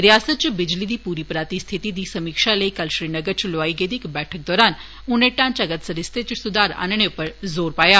रियासत च बिजली दी पूरी पराती स्थिति दी समीक्षा लेई कल श्रीनगर च लोआई गेदी इक बैठक दौरान उनें ढ़ांचागत सरिस्तें च सुधार उप्पर जोर पाया